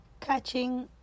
Catching